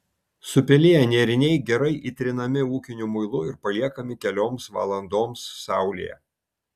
supeliję nėriniai gerai įtrinami ūkiniu muilu ir paliekami kelioms valandoms saulėje